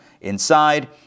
inside